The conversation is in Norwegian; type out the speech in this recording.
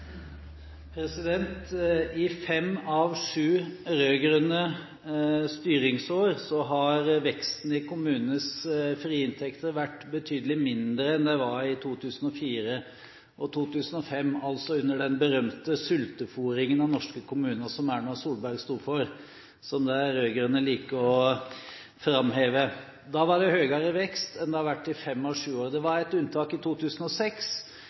I fem av sju rød-grønne styringsår har veksten i kommunenes frie inntekter vært betydelig mindre enn den var i 2004 og 2005, altså under den berømte sultefôringen av norske kommuner som Erna Solberg sto for, og som de rød-grønne liker å framheve. Da var det høyere vekst enn det har vært i fem av sju rød-grønne styringsår. Det var et unntak i 2006,